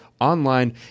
online